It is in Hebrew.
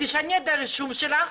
תשני את הרישום שלך.